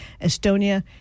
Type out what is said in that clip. Estonia